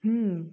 हम्म